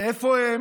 איפה הם